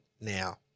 now